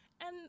And-